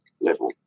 level